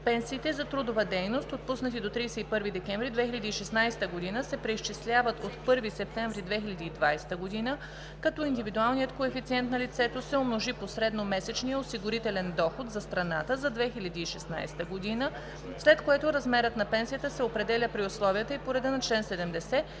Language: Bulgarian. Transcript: Пенсиите за трудова дейност, отпуснати до 31 декември 2016 г., се преизчисляват от 1 септември 2020 г., като индивидуалният коефициент на лицето се умножи по средномесечния осигурителен доход за страната за 2016 г., след което размерът на пенсията се определя при условията и по реда на чл. 70,